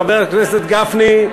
חבר הכנסת גפני,